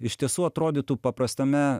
iš tiesų atrodytų paprastame